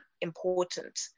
important